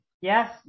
Yes